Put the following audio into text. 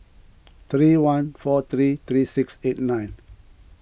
three one four three three six eight nine